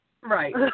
Right